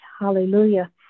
Hallelujah